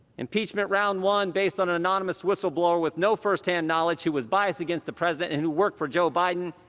impeachment round one, based on an anonymous whistleblower with no firsthand knowledge, who was biased against the president, and who worked for joe biden.